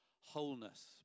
wholeness